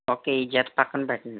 ఒకే ఈ జత పక్కన పెట్టండి